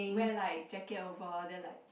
wear like jacket over there like